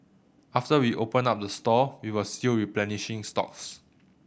after we opened up the store we were still replenishing stocks